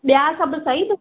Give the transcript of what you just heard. ॿिया सभु सही